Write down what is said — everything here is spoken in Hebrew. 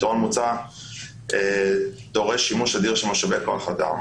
הפתרון המוצע דורש שימוש אדיר של משאבי כוח אדם.